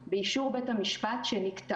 בבידוד התנאים הרבה יותר נוקשים,